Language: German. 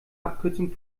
abkürzung